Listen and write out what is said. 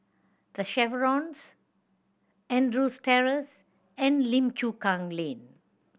The Chevrons Andrews Terrace and Lim Chu Kang Lane